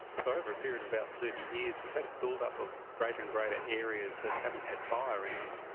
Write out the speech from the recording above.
so over a period of about thirty years we've had a build-up of greater and greater areas that haven't had fire in them,